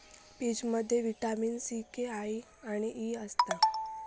पीचमध्ये vitamin C, K आणि E असता